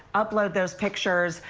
upload those pictures.